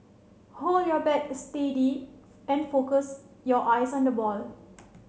hold your bat steady and focus your eyes on the ball